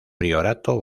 priorato